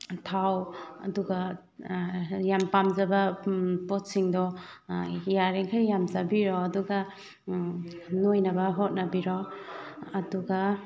ꯊꯥꯎ ꯑꯗꯨꯒ ꯌꯥꯝ ꯄꯥꯝꯖꯕ ꯄꯣꯠꯁꯤꯡꯗꯣ ꯌꯥꯔꯤꯈꯩ ꯌꯥꯝ ꯆꯥꯕꯤꯔꯣ ꯑꯗꯨꯒ ꯅꯣꯏꯅꯕ ꯍꯣꯠꯅꯕꯤꯔꯣ ꯑꯗꯨꯒ